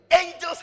angels